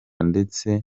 ndetse